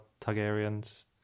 Targaryen's